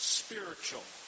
spiritual